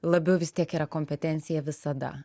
labiau vis tiek yra kompetencija visada